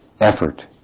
effort